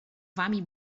wami